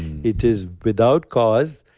it is without cause.